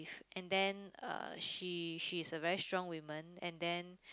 and then uh she she is a very strong woman and then